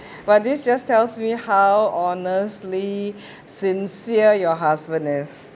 but this just tells me how honestly sincere your husband is